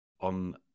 on